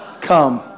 Come